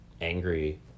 angry